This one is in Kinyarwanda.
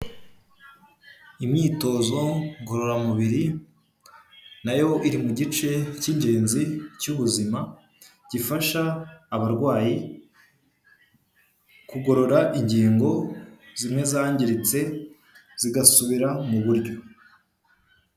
Imyitozo ngororamubiri nayo iri mu gice cy'ingenzi cy'ubuzima gifasha abarwayi kugorora ingingo zimwe zangiritse zigasubira mu buryo.